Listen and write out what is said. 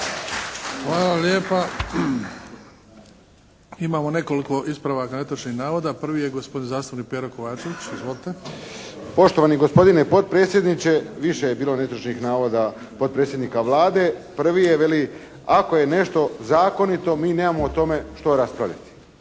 Hvala lijepa. Imamo nekoliko ispravaka netočnih navoda. Prvi je gospodin zastupnik Pero Kovačević. Izvolite. **Kovačević, Pero (HSP)** Poštovani gospodine potpredsjedniče više je bilo netočnih navoda potpredsjednika Vlade. Prvi je, veli: «Ako je netko zakonito mi nemamo o tome što raspraviti».